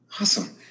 Awesome